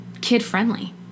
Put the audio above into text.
kid-friendly